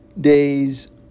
days